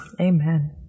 Amen